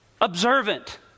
observant